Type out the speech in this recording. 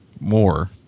more